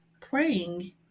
praying